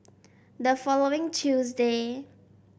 the following Tuesday